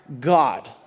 God